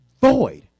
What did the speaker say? void